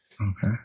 Okay